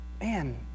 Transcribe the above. man